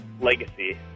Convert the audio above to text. legacy